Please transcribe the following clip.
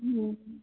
হুম হুম